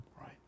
Right